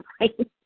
right